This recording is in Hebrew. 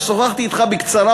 ושוחחתי אתך בקצרה,